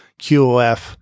QOF